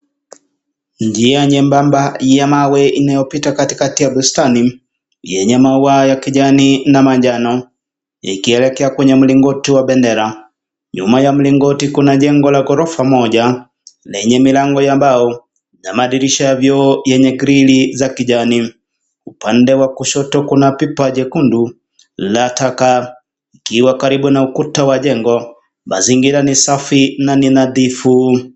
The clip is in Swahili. Njia nyembamba ya mawe inayopita katikati ya bustani yenye maua ya kijani na manjano ikielekea kwenye mlingoti wa bendera. Nyuma ya mlingoti kuna jengo la ghorofa moja lenye milango ya mbao na madirisha ya vioo vyenye grili za kijani. Upande wa kushoto kuna pipa jekundu la taka ikiwa karibu na ukuta wa jengo. Mazingira ni safi na ni nadhifu.